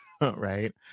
right